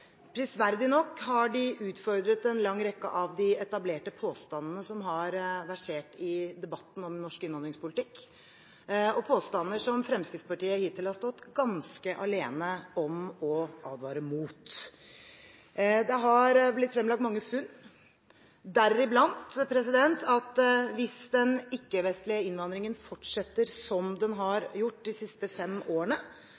Prisverdig nok har de utfordret en lang rekke av de etablerte påstandene som har versert i debatten om norsk innvandringspolitikk – påstander som Fremskrittspartiet hittil har stått ganske alene om å advare mot. Det har blitt fremlagt mange funn, deriblant at hvis den ikke-vestlige innvandringen fortsetter som den